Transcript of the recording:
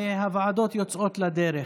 והוועדות יוצאות לדרך.